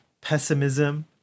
pessimism